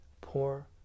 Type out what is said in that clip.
Poor